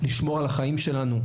לשמור על החיים שלנו,